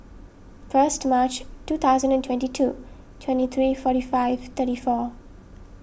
first March two thousand and twenty two twenty three forty five thirty four